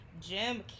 Jim